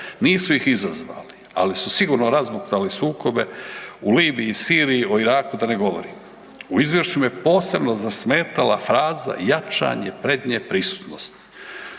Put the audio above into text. nisu ih izazvali, ali su sigurno razbuktali sukobe u Libiji, Siriji, o Iraku da ne govorim. U izvješću me posebno zasmetala fraza jačanje prednje prisutnosti.